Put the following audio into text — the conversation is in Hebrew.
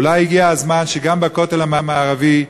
אולי הגיע הזמן שגם בכותל המערבי,